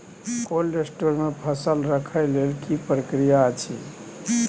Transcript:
Cold store मे फसल रखय लेल की प्रक्रिया अछि?